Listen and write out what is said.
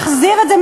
להחזיר את זה?